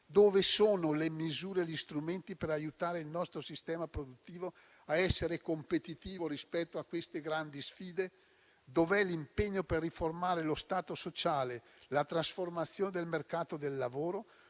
Dove sono le misure e gli strumenti per aiutare il nostro sistema produttivo a essere competitivo rispetto a queste grandi sfide? Dove sono l'impegno per riformare lo Stato sociale, con la trasformazione del mercato del lavoro